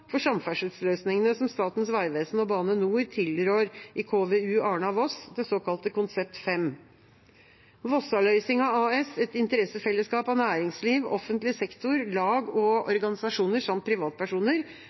for samferdselsløsningene som Statens vegvesen og Bane NOR tilrår i KVU Arna–Voss, det såkalte konsept 5. Vossaløysinga AS, et interessefellesskap av næringsliv, offentlig sektor, lag og